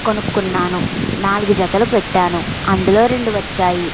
కొనుక్కున్నాను నాలుగు జతలు పెట్టాను అందులో రెండు వచ్చాయి